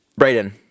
Brayden